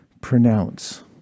Pronounce